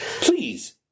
Please